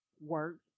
work